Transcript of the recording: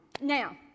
Now